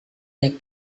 naik